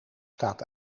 staat